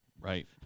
Right